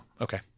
okay